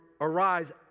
arise